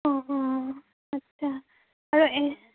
অঁ অঁ আচ্ছা আৰু এ